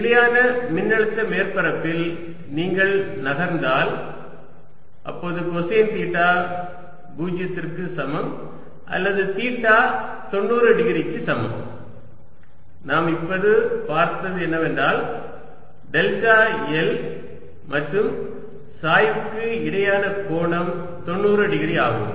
நிலையான மின்னழுத்த மேற்பரப்பில் நீங்கள் நகர்ந்தால் அப்போது கொசைன் தீட்டா 0 க்கு சமம் அல்லது தீட்டா 90 டிகிரிக்கு சமம் நாம் இப்போது பார்த்தது என்னவென்றால் டெல்டா l மற்றும் சாய்வுக்கு இடையேயான கோணம் 90 டிகிரி ஆகும்